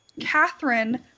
Catherine